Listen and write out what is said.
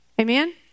amen